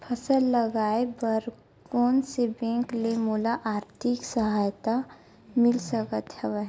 फसल लगाये बर कोन से बैंक ले मोला आर्थिक सहायता मिल सकत हवय?